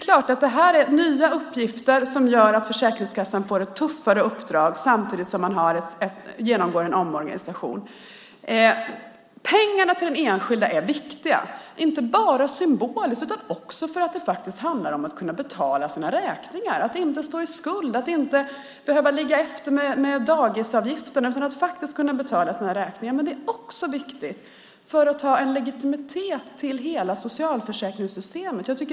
Detta är nya uppgifter som så klart gör att Försäkringskassan får ett tuffare uppdrag samtidigt som man genomgår en omorganisation. Pengarna till den enskilde är viktiga, inte bara symboliskt utan också för att det handlar om att kunna betala sina räkningar, att inte stå i skuld, att inte behöva ligga efter med dagisavgiften. Men det är också viktigt för att ha en legitimitet i hela socialförsäkringssystemet.